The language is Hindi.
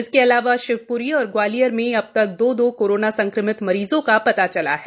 इसके अलावा शिवप्री और ग्वालियर में अब तक दो दो कोरोना संक्रमित मरीजों का पता चला है